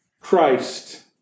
Christ